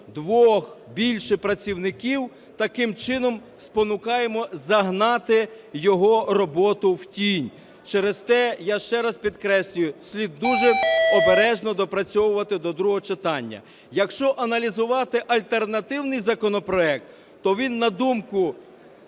двох, більше працівників, таким чином спонукаємо загнати його роботу в тінь. Через те, я ще раз підкреслюю, слід дуже обережно доопрацьовувати до другого читання. Якщо аналізувати альтернативний законопроект, то він, на думку